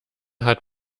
hat